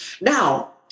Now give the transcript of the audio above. Now